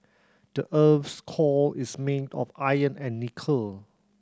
the earth's core is made of iron and nickel